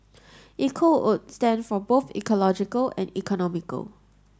eco would stand for both ecological and economical